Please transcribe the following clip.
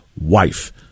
wife